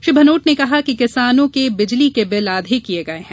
श्री भनोट ने कहा कि किसानों के बिजली के बिल आधे किये गये हैं